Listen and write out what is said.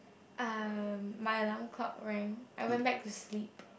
um my alarm clock rang I went back to sleep